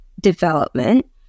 development